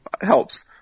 helps